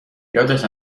یادت